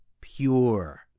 pure